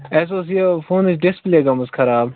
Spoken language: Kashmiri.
اَسہِ اوس یہِ فونٕچ ڈِسپٕلیے گٲمٕژ خَراب